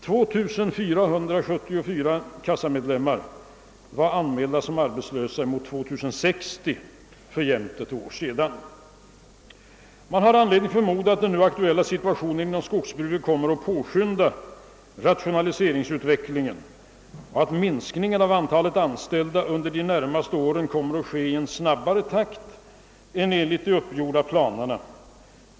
2 474 kassamedlemmar var anmälda som arbetslösa mot 2 060 i maj förra året. Man har anledning förmoda att den nu aktuella situationen inom skogsbruket kommer att påskynda rationaliseringsutvecklingen och att minskningen av antalet anställda under de närmaste åren kommer att ske i snabbare takt än enligt de uppgjorda planerna.